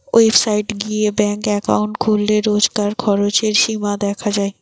website গিয়ে bank account খুললে রোজকার খরচের সীমা দেখা যায়